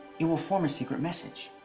it will form a secret message.